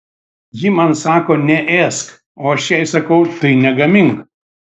ji man sako neėsk o aš jai sakau tai negamink